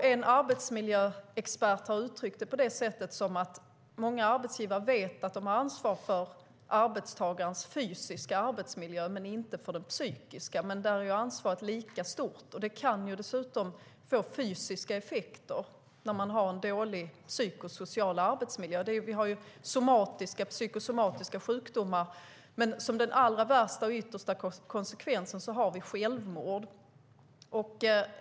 En arbetsmiljöexpert har uttryckt det som att många arbetsgivare vet att de har ansvar för arbetstagarens fysiska arbetsmiljö men inte för den psykiska. Men där är ansvaret lika stort. Det kan dessutom få fysiska effekter när man har en dålig psykosocial arbetsmiljö. Vi har somatiska och psykosomatiska sjukdomar. Men som den allra värsta och yttersta konsekvensen har vi självmord.